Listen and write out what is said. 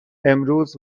امروز